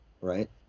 right